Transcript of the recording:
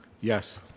Yes